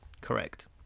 Correct